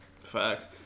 Facts